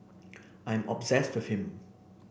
I am obsessed to him